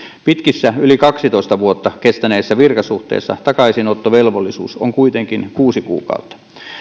pitkissä yli kaksitoista vuotta kestäneissä virkasuhteissa takaisinottovelvollisuus on kuitenkin kuusi kuukautta